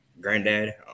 Granddad